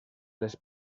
les